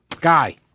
guy